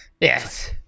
Yes